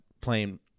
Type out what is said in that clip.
playing